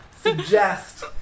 suggest